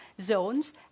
zones